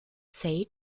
sage